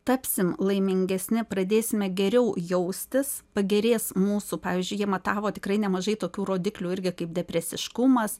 tapsim laimingesni pradėsime geriau jaustis pagerės mūsų pavyzdžiui jie matavo tikrai nemažai tokių rodiklių irgi kaip depresiškumas